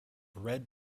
red